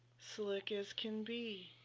slick as can be.